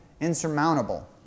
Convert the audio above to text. insurmountable